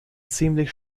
ziemlich